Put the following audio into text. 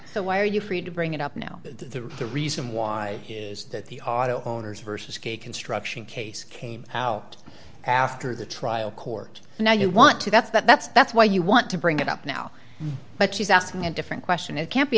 so why are you free to bring it up now the reason why is that the audio owners versus construction case came out after the trial court now you want to that's that's that's why you want to bring it up now but she's asking a different question it can't be